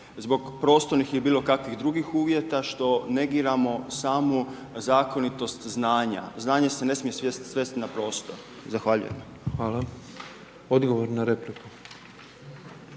zbog prostornih ili bilo kakvih drugih uvjeta što negiramo samu zakonitost znanja. Znanje se ne smije svesti na prostor. Zahvaljujem. **Petrov, Božo